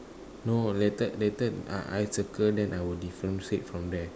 no later later ah I circle then I will differentiate from there